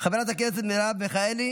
חברת הכנסת מרב מיכאלי,